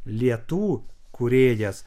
lietų kūrėjas